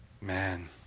Man